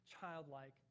childlike